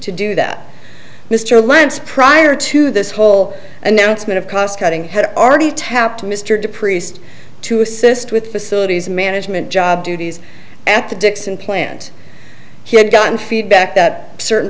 to do that mr lance prior to this whole announcement of cost cutting had already tapped mr de priest to assist with facilities management job duties at the dixon plant he had gotten feedback that certain